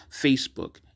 Facebook